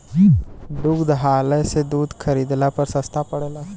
दुग्धालय से दूध खरीदला पर सस्ता पड़ेला?